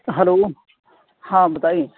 hello ہاں بتائیے